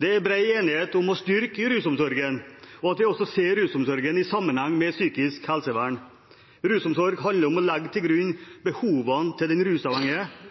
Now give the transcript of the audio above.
Det er bred enighet om å styrke rusomsorgen, og at vi også ser rusomsorgen i sammenheng med psykisk helsevern. Rusomsorg handler om å